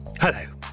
Hello